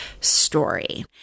story